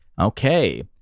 Okay